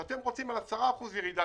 שאתם רוצים לקבל כסף על 10% ירידה,